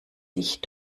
sich